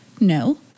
No